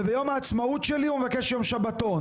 וביום העצמאות שלי הוא מבקש יום שבתון.